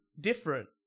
different